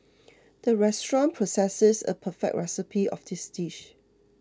the restaurant possesses a perfect recipe of this dish